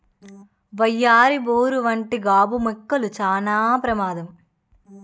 వయ్యారి బోరు వంటి గాబు మొక్కలు చానా ప్రమాదం